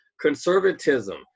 conservatism